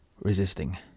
resisting